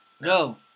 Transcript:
No